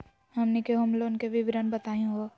हमनी के home loan के विवरण बताही हो?